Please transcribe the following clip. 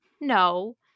No